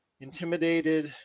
intimidated